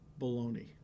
baloney